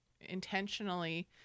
intentionally